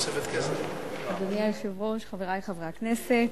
אדוני היושב-ראש, חברי חברי הכנסת,